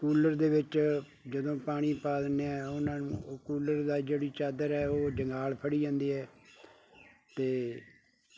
cooler ਦੇ ਵਿੱਚ ਜਦੋਂ ਪਾਣੀ ਪਾ ਦਿੰਦੇ ਹਾਂ ਉਹਨਾਂ ਨੂੰ ਉਹ ਕੂਲਰ ਦਾ ਜਿਹੜੀ ਚਾਦਰ ਹੈ ਉਹ ਜੰਗਾਲ ਫੜੀ ਜਾਂਦੀ ਹੈ ਅਤੇ